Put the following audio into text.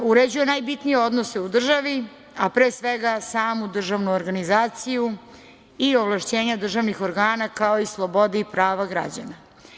Uređuje najbitnije odnose u državi, a pre svega samu državnu organizaciju i ovlašćenja državnih organa, kao i slobode i prava građana.